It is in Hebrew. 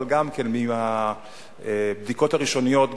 אבל מהבדיקות הראשוניות,